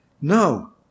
No